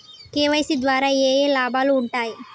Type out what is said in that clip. KYC ద్వారా ఏఏ లాభాలు ఉంటాయి?